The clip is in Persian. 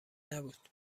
نبود